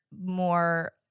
more